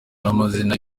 amazina